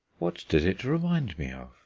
what did it remind me of?